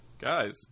Guys